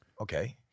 Okay